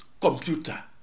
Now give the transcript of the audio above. computer